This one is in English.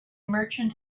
merchant